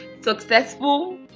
Successful